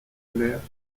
leer